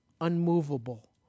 unmovable